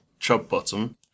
Chubbottom